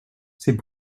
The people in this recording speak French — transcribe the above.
c’est